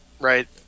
right